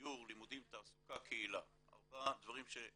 דיור, לימודים\, תעסוקה וקהילה, ארבעה דברים ש-